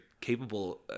capable